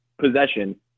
possession